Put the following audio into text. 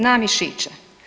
Na mišiće.